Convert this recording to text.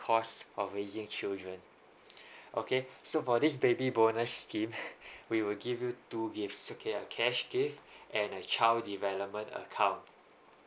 cost of raising children okay so for this baby bonus scheme we will give you two gifts okay a cash gift and a child development account